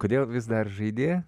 kodėl vis dar žaidi